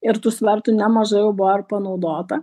ir tų svertų nemažai jau buvo ir panaudota